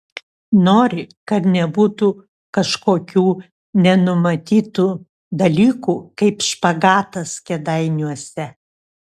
nori kad nebūtų kažkokių nenumatytų dalykų kaip špagatas kėdainiuose